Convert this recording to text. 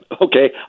Okay